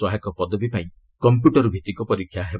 ସହାୟକ ପଦବୀ ପାଇଁ କମ୍ପ୍ୟୁଟରଭିଭିକ ପରୀକ୍ଷା ହେବ